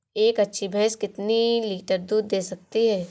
एक अच्छी भैंस कितनी लीटर दूध दे सकती है?